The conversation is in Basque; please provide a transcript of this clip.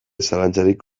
zalantzarik